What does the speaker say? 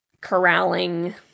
corralling